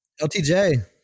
LTJ